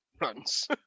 runs